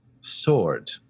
sword